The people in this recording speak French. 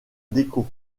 déco